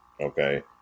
Okay